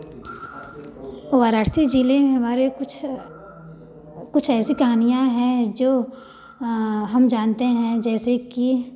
वाराणसी जिले में हमारे कुछ कुछ ऐसी कहानियाँ हैं जो हम जानते हैं जैसे कि